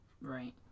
Right